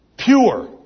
Pure